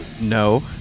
No